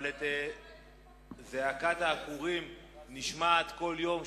אבל זעקת העקורים נשמעת כל יום,